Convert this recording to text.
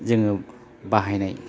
जोङो बाहायनाय